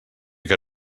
que